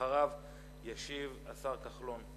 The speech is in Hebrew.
אחריו ישיב השר כחלון.